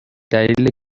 دلیل